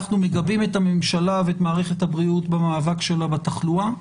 אנחנו מגבים את הממשלה ואת מערכת הבריאות במאבק שלה בתחלואה,